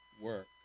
work